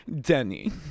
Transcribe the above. Denny